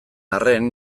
arren